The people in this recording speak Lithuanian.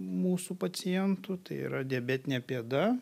mūsų pacientų tai yra diabetinė pėda